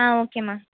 ஆ ஓகேம்மா